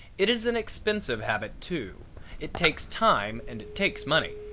it is an expensive habit, too it takes time and it takes money.